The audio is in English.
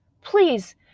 please